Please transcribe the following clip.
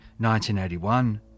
1981